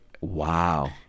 Wow